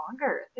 longer